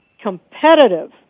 competitive